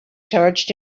charged